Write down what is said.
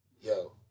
Yo